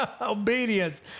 Obedience